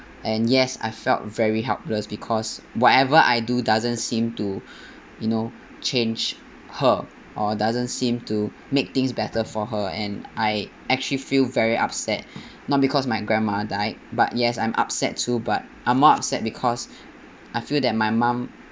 and yes I felt very helpless because whatever I do doesn't seem to you know change her or doesn't seem to make things better for her and I actually feel very upset not because my grandma died but yes I'm upset too but I'm more upset because I feel that my mum